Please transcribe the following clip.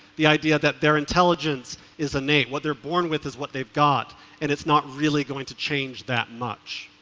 the idea that their intelligence is innate. what they're born with is what they got and it's not really going to change that much.